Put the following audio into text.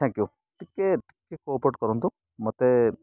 thank you ଟିକେ ଟିକେ cooperate କରନ୍ତୁ ମତେ